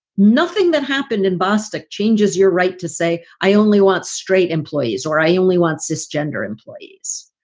nothing that happened in bostik changes. you're right to say i only want straight employees or i only want six gender employees.